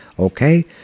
okay